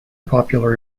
popular